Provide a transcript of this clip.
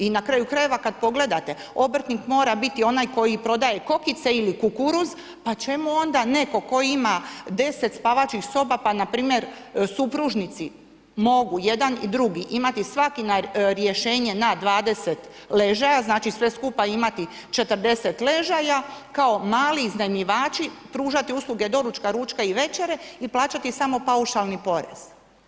I na kraju krajeva kad pogledate obrtnik mora biti onaj koji prodaje kokice ili kukuruz pa čemu onda netko tko ima 10 spavaćih soba pa npr. supružnici mogu jedan i drugi imati svaki rješenje na 20 ležaja, sve skupa imati 40 ležaja kao mali iznajmljivači pružati usluge doručka, ručka i večere i plaćati samo paušalni porez.